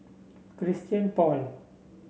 Christian Paul